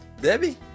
Debbie